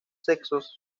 sexos